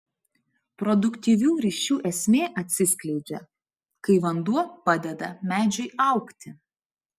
produktyvių ryšių esmė atsiskleidžia kai vanduo padeda medžiui augti